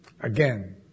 again